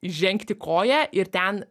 žengti koją ir ten